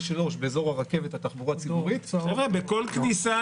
3 באזור הרכבת והתחבורה הציבורית --- בכל כניסה